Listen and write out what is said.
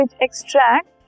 extract